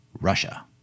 Russia